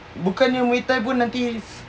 bukannya muay thai nanti